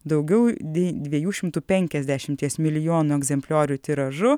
daugiau nei dviejų šimtų penkiasdešimties milijonų egzempliorių tiražu